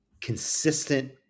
consistent